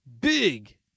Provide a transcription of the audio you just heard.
big